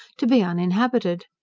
to be uninhabited.